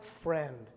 friend